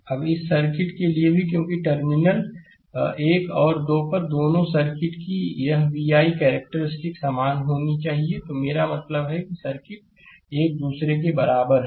अब इस सर्किट के लिए भी क्योंकि टर्मिनलएक और दो पर दोनों सर्किटों की यह vi कैरेक्टस्टिक्स समान होनी चाहिए मेरा मतलब है कि सर्किट एक दूसरे के बराबर हैं